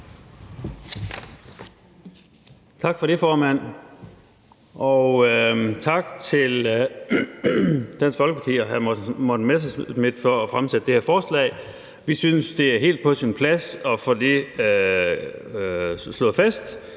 Tak for det, formand. Og tak til Dansk Folkeparti og hr. Morten Messerschmidt for at fremsætte det her forslag. Vi synes, det er helt på sin plads at få slået fast,